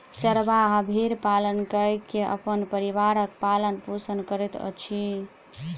चरवाहा भेड़ पालन कय के अपन परिवारक पालन पोषण करैत अछि